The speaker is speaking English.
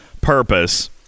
purpose